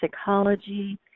psychology